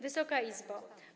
Wysoka Izbo!